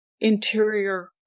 interior